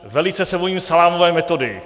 Velice se bojím salámové metody.